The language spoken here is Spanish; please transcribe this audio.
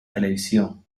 televisión